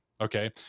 Okay